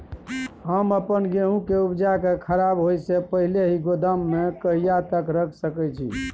हम अपन गेहूं के उपजा के खराब होय से पहिले ही गोदाम में कहिया तक रख सके छी?